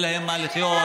אין להם מה לחיות.